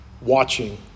Watching